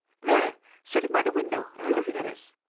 there sitting by the window, and looking at us!